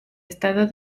estado